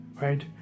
right